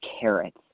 carrots